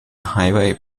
highway